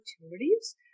opportunities